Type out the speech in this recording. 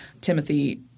Timothy